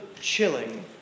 chilling